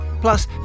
plus